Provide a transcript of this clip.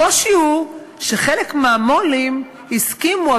הקושי הוא שחלק מהמו"לים הסכימו,